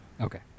Okay